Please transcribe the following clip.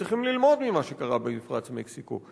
וצריכים ללמוד ממה שקרה במפרץ מקסיקו.